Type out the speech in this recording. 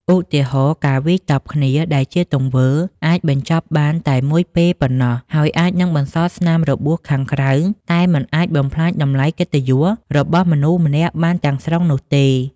ឧទាហរណ៍៖ ការវាយតប់គ្នា ដែលជាទង្វើ អាចបញ្ចប់បានតែមួយពេលប៉ុណ្ណោះ ហើយអាចនឹងបន្សល់ស្នាមរបួសខាងក្រៅ តែមិនអាចបំផ្លាញតម្លៃកិត្តិយសរបស់មនុស្សម្នាក់បានទាំងស្រុងនោះទេ។